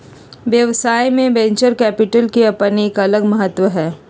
व्यवसाय में venture capital के अपन एक अलग महत्व हई